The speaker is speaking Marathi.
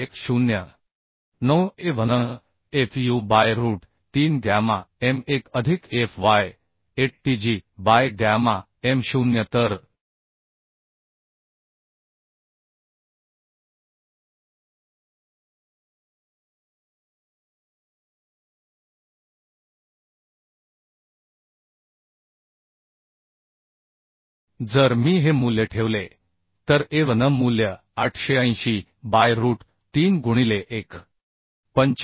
9 a v n f u by root 3 gamma m 1 अधिक f y a t g by gamma m 0 तर जर मी हे मूल्य ठेवले तर av n मूल्य 880 बाय रूट 3 गुणिले 1